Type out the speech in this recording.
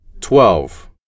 Twelve